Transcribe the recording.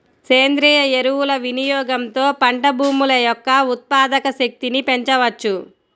సేంద్రీయ ఎరువుల వినియోగంతో పంట భూముల యొక్క ఉత్పాదక శక్తిని పెంచవచ్చు